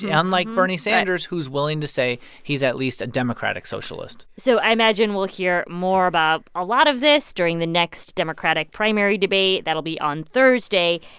yeah unlike bernie sanders, who's willing to say he's at least a democratic socialist so i imagine we'll hear more about a lot of this during the next democratic primary debate. that'll be on thursday.